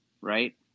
right